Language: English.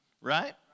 right